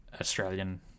Australian